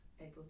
able